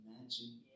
imagine